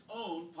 own